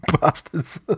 bastards